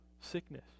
sickness